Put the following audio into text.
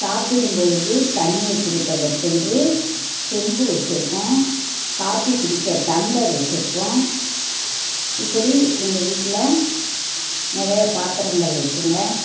சாப்பிடும் பொழுது தண்ணீர் குடிப்பதற்கு என்று செம்பு வச்சுருக்கோம் காபி குடிக்க டம்ளர் வச்சுருக்கோம் இப்படி எங்கள் வீட்டில் நிறையா பாத்திரங்கள் இருக்குதுங்க